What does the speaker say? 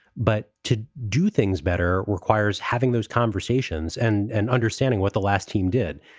but to do things better requires having those conversations and and understanding what the last team did.